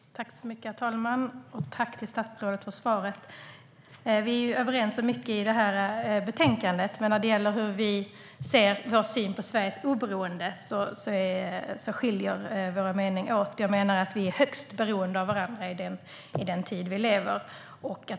STYLEREF Kantrubrik \* MERGEFORMAT Kommissionens arbetsprogram 2016Vi är överens om mycket i utlåtandet, men när det gäller vår syn på Sveriges oberoende skiljer sig våra meningar åt. Jag menar att vi är högst beroende av varandra i den tid vi lever i.